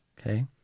Okay